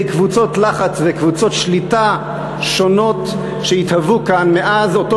קבוצות לחץ וקבוצות שליטה שונות שהתהוו כאן מאז אותו